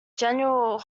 general